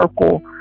circle